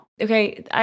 Okay